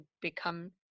become